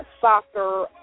soccer